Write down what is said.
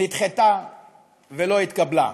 נדחתה ולא התקבלה.